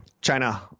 China